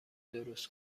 درست